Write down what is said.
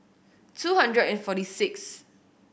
two hundred and forty six